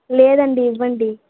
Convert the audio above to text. లేదండి ఇవ్వండి